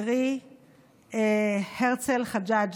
איך יכולה להיות גזענות?